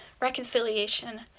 Reconciliation